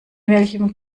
welchem